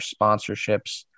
sponsorships